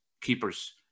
keepers